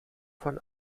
von